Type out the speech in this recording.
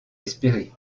espéré